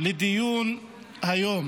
לדיון היום.